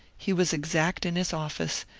he was exact in his office,